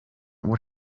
would